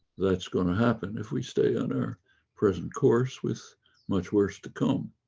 that's going to happen if we stay on our present course with much worse to come.